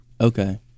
okay